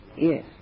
Yes